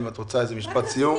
אם את רוצה משפט סיום, אז אני אודה.